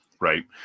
Right